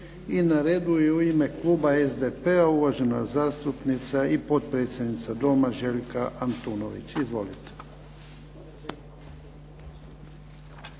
I na redu je u ime kluba SDP-a, uvažena zastupnica i potpredsjednica Doma Željka Antunović. Izvolite.